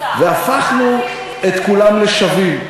והפכנו את כולם לשווים.